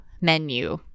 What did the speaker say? menu